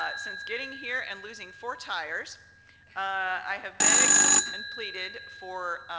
ah since getting here and losing four tires i have begged and pleaded for